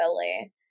silly